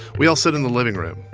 we all sit in the living room.